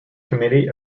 committee